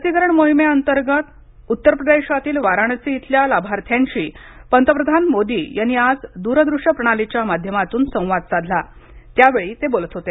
लसीकरण मोहिमेंतेर्गात उत्तर प्रदेशातील वाराणसी इथल्या लाभार्थ्यांशी पंतप्रधान मोदी यांनी आज द्रदृश्य प्रणालीच्या माध्यमातून संवाद साधला त्यावेळी ते बोलत होते